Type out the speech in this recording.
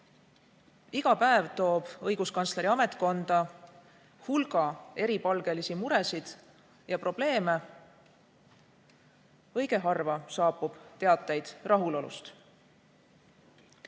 Iga päev toob õiguskantsleri ametkonda hulga eripalgelisi muresid ja probleeme. Õige harva saabub teateid rahulolust.